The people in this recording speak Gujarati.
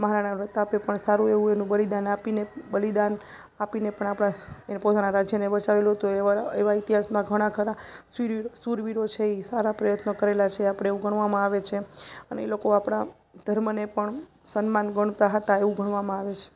મહારાણા પ્રતાપે પણ સારું એવું એનું બલિદાન આપીને બલિદાન આપીને પણ આપણા એને પોતાના રાજ્યને બચાવેલું હતું એવા ઇતિહાસમાં ઘણા ખરા શૂરવીરો શૂરવીરો છે એ સારા પ્રયત્નો કરેલાં છે આપણે એવું ગણવામાં આવે છે અને એ લોકો આપણા ધર્મને પણ સન્માન ગણતાં હતા એવું ભણવામાં આવે છે